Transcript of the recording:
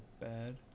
bad